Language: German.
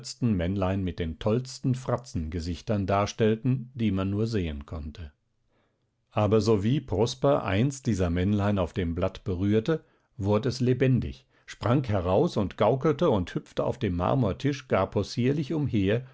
männlein mit den tollsten fratzengesichtern darstellten die man nur sehen konnte aber sowie prosper eins dieser männlein auf dem blatt berührte wurd es lebendig sprang heraus und gaukelte und hüpfte auf dem marmortisch gar possierlich umher